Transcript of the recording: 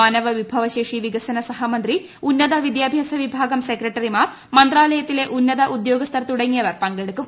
മീന്നവ്പിഭവ ശേഷി വികസന സഹമന്ത്രി ഉന്നത വിദ്യൂട്ട്യാസ വിഭാഗം സെക്രട്ടറിമാർ മന്ത്രാലയത്തിലെ ഉദ്യോഗസ്ഥൻ തുടങ്ങിയവർ പങ്കെടുക്കും